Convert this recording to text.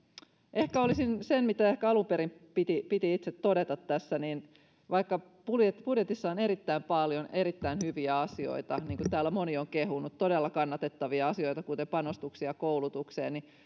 ehkä olisin sanonut sen mitä alun perin piti piti itse todeta tässä että vaikka budjetissa on erittäin paljon erittäin hyviä asioita niin kuin täällä moni on kehunut todella kannatettavia asioita kuten panostuksia koulutukseen niin